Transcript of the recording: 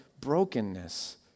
brokenness